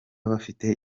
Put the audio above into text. bafite